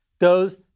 goes